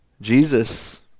Jesus